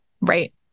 Right